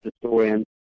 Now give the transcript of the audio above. historian